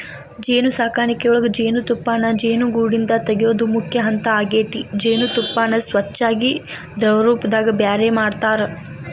ಜೇನುಸಾಕಣಿಯೊಳಗ ಜೇನುತುಪ್ಪಾನ ಜೇನುಗೂಡಿಂದ ತಗಿಯೋದು ಮುಖ್ಯ ಹಂತ ಆಗೇತಿ ಜೇನತುಪ್ಪಾನ ಸ್ವಚ್ಯಾಗಿ ದ್ರವರೂಪದಾಗ ಬ್ಯಾರೆ ಮಾಡ್ತಾರ